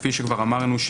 כפי שכבר אמרנו,